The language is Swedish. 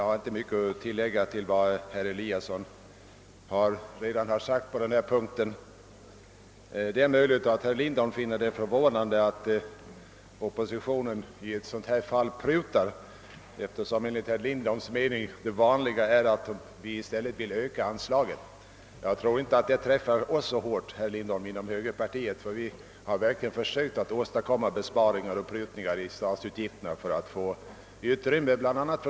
Herr talman! Jag har inte mycket att Det är möjligt att herr Lindholm finner det förvånande att oppositionen i det här fallet prutar, enligt herr Lindholms mening är det vanligare att vi i stället vill öka anslagen. Detta träffar dock inte oss inom högerpartiet så hårt, herr Lindholm. Vi har verkligen försökt åstadkomma besparingar och prutningar i statsutgifterna för att få utrymme för bla.